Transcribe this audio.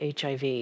HIV